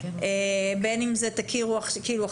בין אם תכירו בזה,